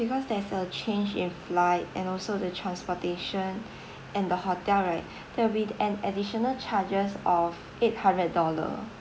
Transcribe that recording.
because there's a change in flight and also the transportation and the hotel right there will be an additional charges of eight hundred dollar